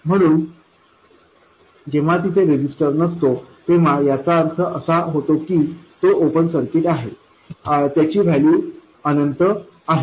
म्हणून जेव्हा तिथे रजिस्टर नसतो तेव्हा याचा अर्थ असा होतो की तो ओपन सर्किट आहे त्याची व्हॅल्यू अनंत आहे